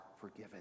forgiven